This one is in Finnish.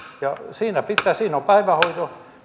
siinä on päivähoidon